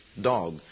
dog